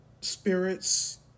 spirits